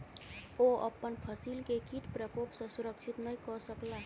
ओ अपन फसिल के कीट प्रकोप सॅ सुरक्षित नै कय सकला